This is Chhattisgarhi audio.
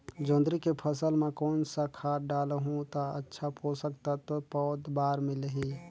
जोंदरी के फसल मां कोन सा खाद डालहु ता अच्छा पोषक तत्व पौध बार मिलही?